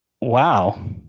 Wow